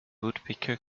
woodpecker